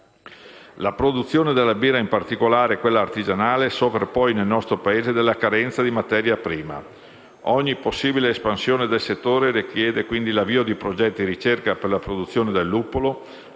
La produzione della birra, in particolare quella artigianale, soffre poi nel nostro Paese della carenza di materia prima: ogni possibile espansione del settore richiede quindi l'avvio di progetti di ricerca per la produzione del luppolo,